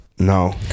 No